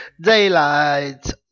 Daylight